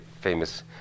famous